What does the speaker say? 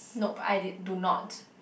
nope I did do not